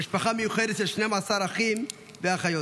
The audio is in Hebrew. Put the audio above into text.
במשפחה מיוחדת של 12 אחים ואחיות.